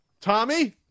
Tommy